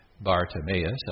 Bartimaeus